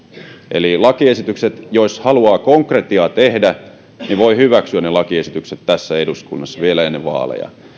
eli jos haluaa konkretiaa tehdä niin voi hyväksyä ne lakiesitykset tässä eduskunnassa vielä ennen vaaleja